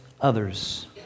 others